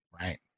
right